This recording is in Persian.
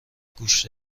گوش